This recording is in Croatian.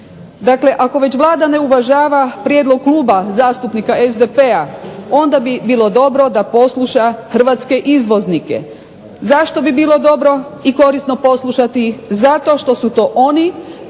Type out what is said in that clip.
Dakle, ako već Vlada ne uvažava prijedlog kluba zastupnika SDP-a onda bi bilo dobro da posluša hrvatske izvoznike. Zašto bi bilo dobro i korisno poslušati, zato što su to oni